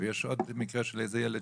ויש עוד מקרה של איזה ילד